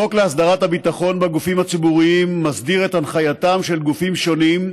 חוק להסדרת הביטחון בגופים הציבוריים מסדיר את הנחייתם של גופים שונים,